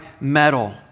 metal